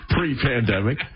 Pre-pandemic